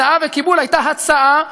הצעה וקיבול: הייתה הצעה,